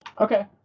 Okay